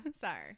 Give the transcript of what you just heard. sorry